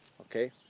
Okay